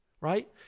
right